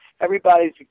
everybody's